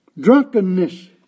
drunkenness